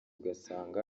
ugasanga